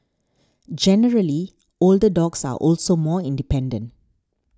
generally older dogs are also more independent